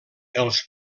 els